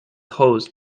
host